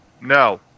no